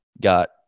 got